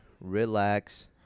relax